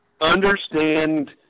understand